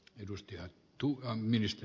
tässä lyhyesti